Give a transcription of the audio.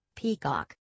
Peacock